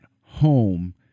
home